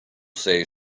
say